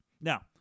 Now